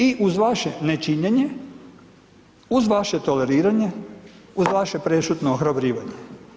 I uz vaše nečinjenje, uz vaše toleriranje, uz vaše prešutno ohrabrivanje.